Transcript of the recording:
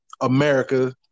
America